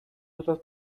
otras